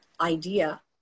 idea